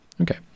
Okay